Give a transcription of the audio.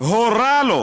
לממשלה הורה לו